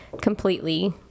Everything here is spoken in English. completely